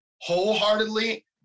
wholeheartedly